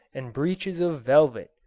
and breeches of velvet,